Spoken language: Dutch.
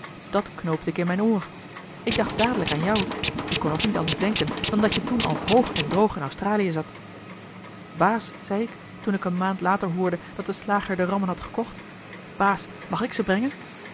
dat knoopte ik mijn oor ik dacht dadelijk aan jou ik kon ook niet anders denken dan dat je toen al hoog en droog in australië zat baas zei ik toen ik eene maand later hoorde dat de slager de rammen had gekocht baas mag ik ze brengen